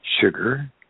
sugar